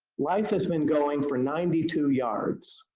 life has been going for ninety two yards.